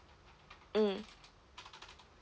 mm